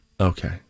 Okay